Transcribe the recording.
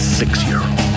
six-year-old